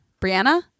Brianna